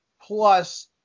plus